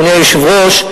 אדוני היושב-ראש.